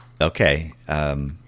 Okay